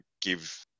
give